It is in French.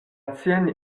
tienne